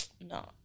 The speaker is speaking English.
No